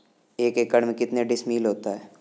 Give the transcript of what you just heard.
एक एकड़ में कितने डिसमिल होता है?